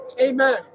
Amen